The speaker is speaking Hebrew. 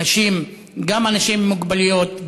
גם אנשים עם מוגבלויות,